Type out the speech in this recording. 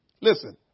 Listen